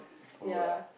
follow lah